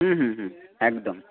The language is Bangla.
হুম হুম হুম একদম